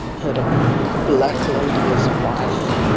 had a black lady as a wife.